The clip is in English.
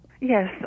Yes